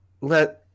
Let